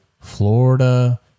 Florida